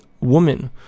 woman